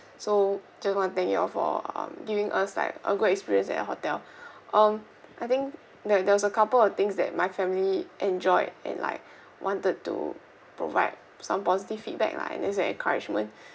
so just wanna thank you all for um giving us like a good experience at your hotel um I think that there was a couple of things that my family enjoyed and like wanted to provide some positive feedback lah and just to encouragement